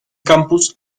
campus